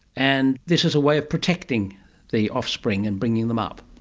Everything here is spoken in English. and this is a way of protecting the offspring and bringing them up.